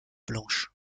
blanches